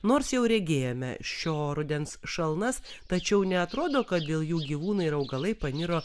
nors jau regėjome šio rudens šalnas tačiau neatrodo kad dėl jų gyvūnai ir augalai paniro